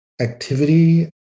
activity